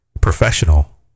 professional